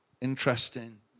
Interesting